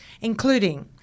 including